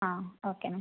അ okay